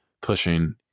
pushing